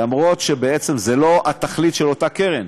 למרות שבעצם זו לא התכלית של אותה קרן,